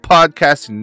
Podcast